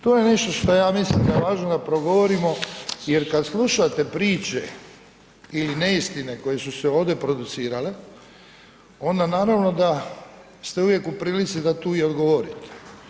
To je nešto što ja mislim da je važno da progovorimo jer kad slušate priče ili neistine koje su se ovdje producirale onda naravno da ste uvijek u prilici da tu i odgovorite.